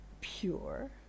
pure